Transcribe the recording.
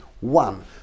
One